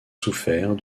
souffert